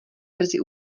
brzy